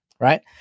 right